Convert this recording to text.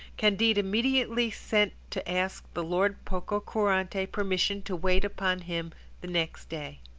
candide immediately sent to ask the lord pococurante permission to wait upon him the next day.